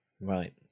Right